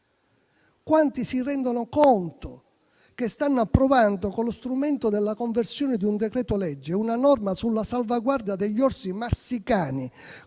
Quanti si rendono conto che stanno approvando con lo strumento della conversione di un decreto-legge una norma sulla salvaguardia degli orsi marsicani,